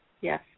yes